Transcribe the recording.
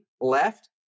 left